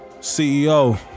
CEO